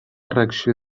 reacció